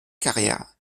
carrières